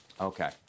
Okay